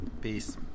Peace